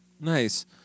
nice